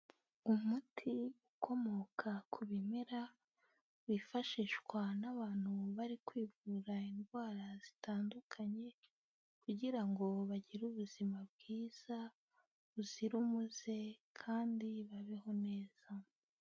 Umuti ukomoka ku bimera wifashishwa n'abantu bari kwivura indwara zitandukanye kugira ngo bagire ubuzima bwiza buzira umuze kandi babeho neza.